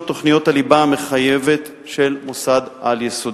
תוכניות הליבה המחייבת של מוסד על-יסודי.